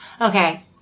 okay